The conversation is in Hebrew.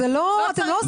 אתם לא עושים לי ג'סטה.